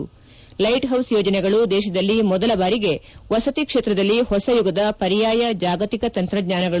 ಲ್ಯೆಟ್ house ಯೋಜನೆಗಳು ದೇತದಲ್ಲಿ ಮೊದಲ ಬಾರಿಗೆ ವಸತಿ ಕ್ಷೇತ್ರದಲ್ಲಿ ಹೊಸ ಯುಗದ ಪರ್ಯಾಯ ಜಾಗತಿಕ ತಂತ್ರಜ್ವಾನಗಳು